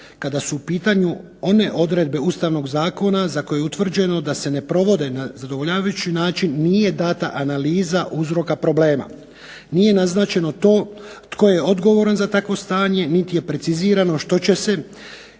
kada su u pitanju one odredbe Ustavnog zakona za koje je utvrđeno da se ne provode na zadovoljavajući način nije data analiza uzroka problema. Nije naznačeno to tko je odgovoran za takvo stanje, niti je precizirano što će se koje